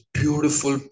beautiful